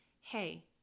hey